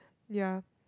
ya